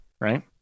Right